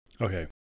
okay